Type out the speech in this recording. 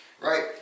right